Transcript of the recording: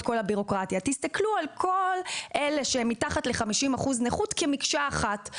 להסתכל על כל אלה שמתחת ל-50 אחוז נכות כמקשה אחת.